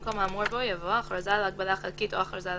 במקום האמור בו יבוא "הכרזה על הגבלה חלקית או הכרזה על